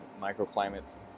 microclimates